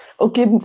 Okay